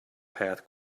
path